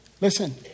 Listen